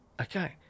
Okay